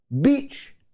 beach